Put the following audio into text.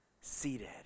Seated